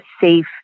safe